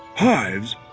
hives,